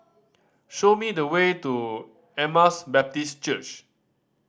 show me the way to Emmaus Baptist Church